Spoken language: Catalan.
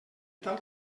tal